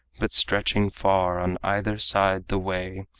but stretching far on either side the way,